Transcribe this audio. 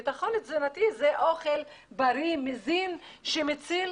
בטחון תזונתי זה אוכל בריא, מזין שמציל